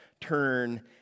turn